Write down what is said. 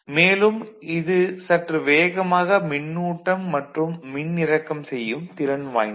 மேலும் இது சற்று வேகமாக மின்னூட்டம் மற்றும் மின்னிறக்கம் செய்யும் திறன் வாய்ந்தது